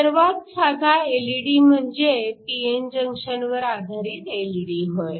सर्वात साधा एलईडी म्हणजे p n जंक्शन वर आधारित एलईडी होय